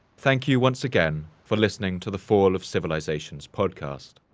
thank you once again for listening to the fall of civilizations podcast.